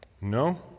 No